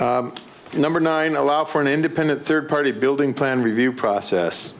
that number nine allow for an independent third party building plan review process